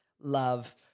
love